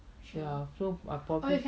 ya so